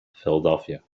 philadelphia